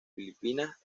filipinas